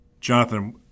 Jonathan